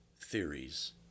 theories